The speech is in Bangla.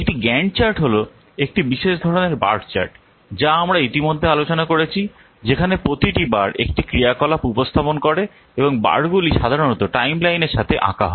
একটি গ্যান্ট চার্ট হল একটি বিশেষ ধরণের বার চার্ট যা আমরা ইতিমধ্যে আলোচনা করেছি যেখানে প্রতিটি বার একটি ক্রিয়াকলাপ উপস্থাপন করে এবং বারগুলি সাধারণত টাইমলাইনের সাথে আঁকা হয়